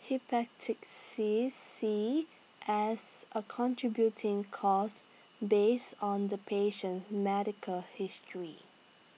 hepatic seas C as A contributing cause based on the patient medical history